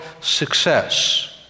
Success